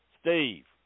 Steve